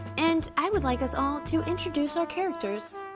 and i would like us all to introduce our characters.